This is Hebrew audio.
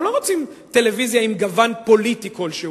אנחנו לא רוצים טלוויזיה עם גוון פוליטי כלשהו,